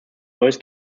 neues